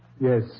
Yes